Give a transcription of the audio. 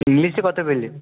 ইংলিশে কত পেলি